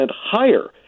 higher